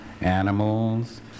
animals